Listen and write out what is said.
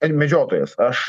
ten medžiotojas aš